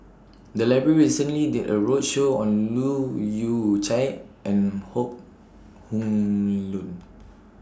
The Library recently did A roadshow on Leu Yew Chye and Hok Heng Leun